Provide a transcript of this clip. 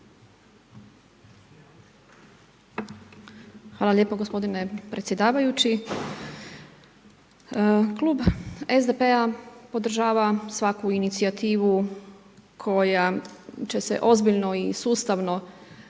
Hvala lijepo gospodine predsjedavajući. Klub SDP-a podržava svaku inicijativu koja će se ozbiljno i sustavno